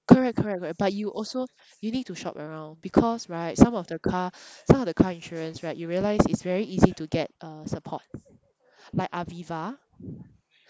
correct correct correct but you also you need to shop around because right some of the car some of the car insurance right you realise it's very easy to get uh support like aviva